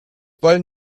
wollen